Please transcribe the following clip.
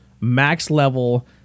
max-level